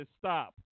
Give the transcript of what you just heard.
stop